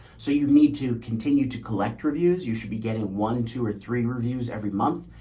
so you need to continue to collect reviews. you should be getting one, two or three reviews every month.